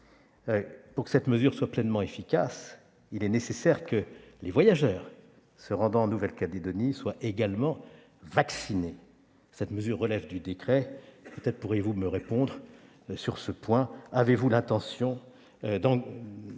Pour que cette mesure soit pleinement efficace, il est nécessaire que les voyageurs se rendant en Nouvelle-Calédonie soient également vaccinés. Cette mesure relève d'un décret. Monsieur le ministre, peut-être pourrez-vous me répondre sur ce point. Avez-vous l'intention de